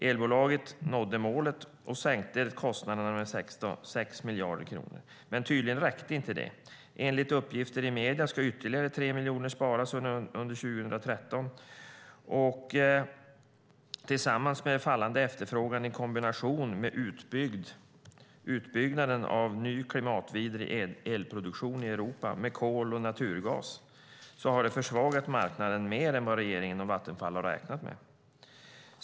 Elbolaget nådde målet och sänkte kostnaderna med 6 miljarder kronor. Men tydligen räckte inte det. Enligt uppgifter i medierna ska ytterligare 3 miljarder kronor sparas under 2013. Fallande efterfrågan i kombination med utbyggnaden av ny, klimatvidrig elproduktion i Europa, med kol och naturgas, har försvagat marknaden mer än vad regeringen och Vattenfall har räknat med.